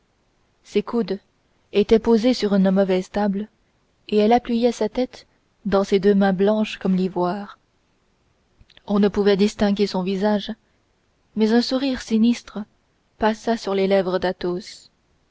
ses coudes étaient posés sur une mauvaise table et elle appuyait sa tête dans ses deux mains blanches comme l'ivoire on ne pouvait distinguer son visage mais un sourire sinistre passa sur les lèvres d'athos